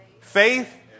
Faith